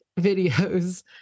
videos